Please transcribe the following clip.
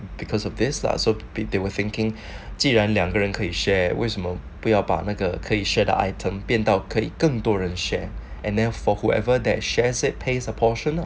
because of this lah so they were thinking 既然两个人可以 share wisdom 不要把那个可以 share the items 到可以更多人 share and then for whoever that shares it pays a portion